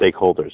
stakeholders